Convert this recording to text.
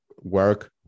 work